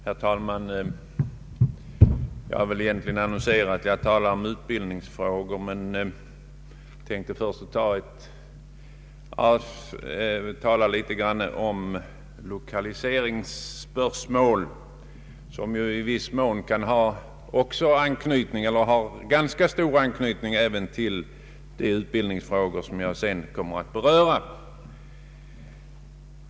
Herr talman! Jag har väl egentligen annonserat att jag skall tala om utbildningsfrågor, men jag tänkte till en början litet grand ta upp lokaliseringsspörsmål som i viss mån har ganska stor anknytning även till de utbildningsfrågor jag sedan kommer att beröra.